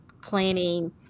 planning